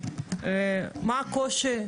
מה הקושי,